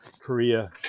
Korea